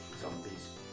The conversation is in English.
zombies